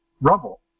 rubble